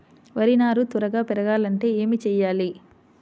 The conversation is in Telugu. వరి నారు త్వరగా పెరగాలంటే ఏమి చెయ్యాలి?